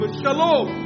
shalom